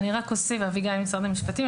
אביגיל, משרד המשפטים.